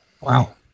Wow